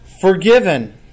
forgiven